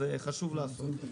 אז חשוב לעשות את זה.